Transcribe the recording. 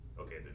Okay